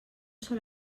sol